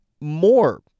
more